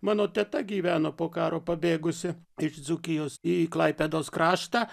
mano teta gyveno po karo pabėgusi iš dzūkijos į klaipėdos kraštą